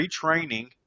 retraining